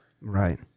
Right